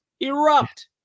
erupt